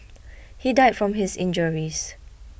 he died from his injuries